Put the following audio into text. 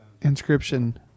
inscription